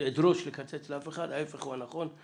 לדרוש לקצץ לאף אחד, ההיפך הוא הנכון.